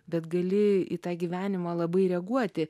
bet gali į tą gyvenimą labai reaguoti